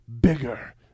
bigger